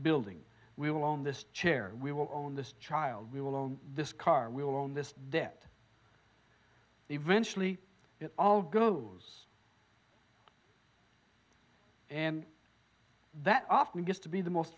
building we will own this chair we will own this child we will own this car will own this debt eventually it all goes and that often gets to be the most